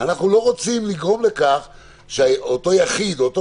אנחנו לא רוצים לגרום לכך שאותו יחיד או אותו